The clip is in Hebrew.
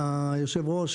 היושב-ראש,